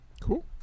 Cool